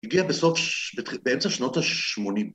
‫הגיע בסוף, באמצע שנות ה-80.